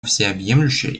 всеобъемлющее